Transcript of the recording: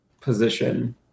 position